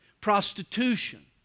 prostitution